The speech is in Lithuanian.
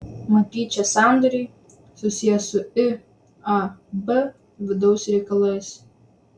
matyt šie sandoriai susiję su iab vidaus reikalais